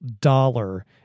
dollar